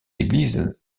église